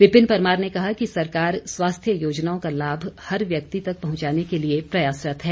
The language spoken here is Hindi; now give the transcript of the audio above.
विपिन परमार ने कहा कि सरकार स्वास्थ्य योजनाओं का लाभ हर व्यक्ति तक पहुंचाने के लिए प्रयासरत्त है